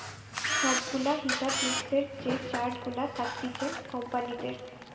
সব গুলা হিসাব মিক্সের যে চার্ট গুলা থাকতিছে কোম্পানিদের